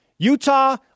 Utah